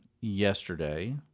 yesterday